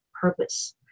purpose